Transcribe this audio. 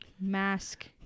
Mask